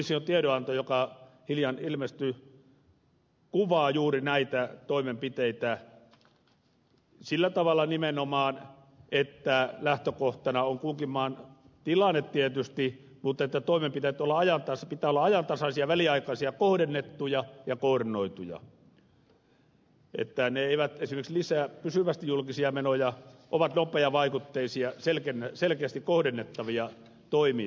komission tiedonanto joka hiljan ilmestyi kuvaa juuri näitä toimenpiteitä sillä tavalla nimenomaan että lähtökohtana on kunkin maan tilanne tietysti mutta toimenpiteiden pitää olla ajantasaisia väliaikaisia ja kohdennettuja ja koordinoituja että ne eivät esimerkiksi lisää pysyvästi julkisia menoja ovat nopeavaikutteisia selkeästi kohdennettavia toimia